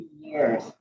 years